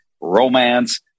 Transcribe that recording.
romance